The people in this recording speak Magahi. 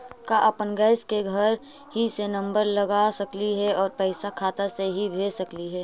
का अपन गैस के घरही से नम्बर लगा सकली हे और पैसा खाता से ही भेज सकली हे?